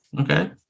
Okay